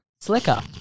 slicker